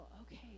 okay